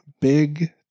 big